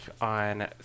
on